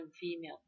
female